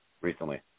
recently